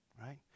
right